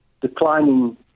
declining